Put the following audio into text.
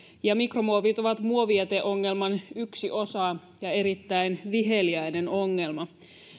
ja mikromuovit ovat muovijäteongelman yksi osa ja erittäin viheliäinen ongelma